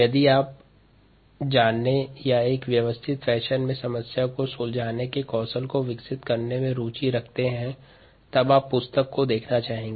यदि आप सुव्यवस्थित ढंग से समस्या को सुलझाने के कौशल को विकसित करने में रुचि रखते हैं तब आप इस पुस्तक को देखना चाहेंगे